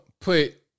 put